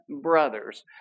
brothers